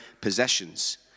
possessions